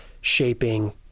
shaping